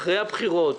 אחרי הבחירות.